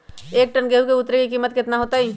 एक टन गेंहू के उतरे के कीमत कितना होतई?